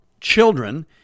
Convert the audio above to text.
children